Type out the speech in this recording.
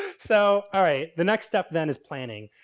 so, alright, the next step then is planning.